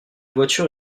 voiture